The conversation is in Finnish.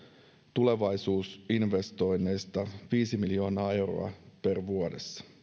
tulevaisuusinvestoinneista viisi miljoonaa euroa per vuosi